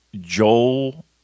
Joel